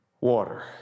water